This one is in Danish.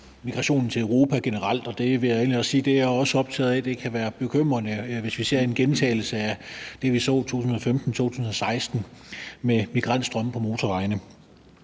migrationen til Europa generelt, og det vil jeg egentlig også sige at jeg er optaget af. Det kan være bekymrende, hvis vi ser en gentagelse af det, som vi så i 2015 og 2016 med migrantstrømme på motorvejene.